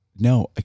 No